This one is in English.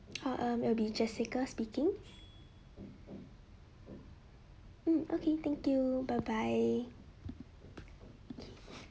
uh it will be jessica speaking mm okay thank you bye bye okay